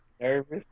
Nervous